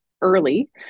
early